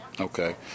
Okay